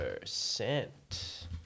percent